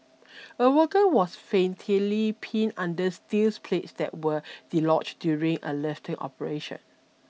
a worker was fatally pinned under steel plates that were dislodged during a lifting operation